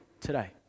today